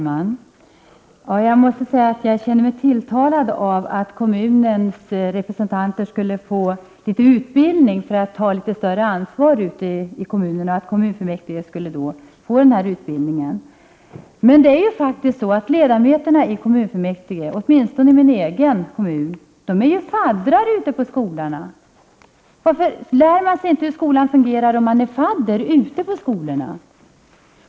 Fru talman! Jag måste säga att jag känner mig tilltalad av att kommunernas representanter - kommunfullmäktige — skulle få litet utbildning för att ta litet större ansvar ute i kommunerna. Men det är faktiskt så att ledamöterna i kommunfullmäktige, åtminstone i min egen kommun, är faddrar ute på skolorna. Varför lär man sig inte hur skolan fungerar om man är fadder ute på skolorna?